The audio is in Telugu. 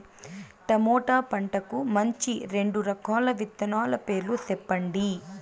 టమోటా పంటకు మంచి రెండు రకాల విత్తనాల పేర్లు సెప్పండి